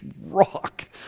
rock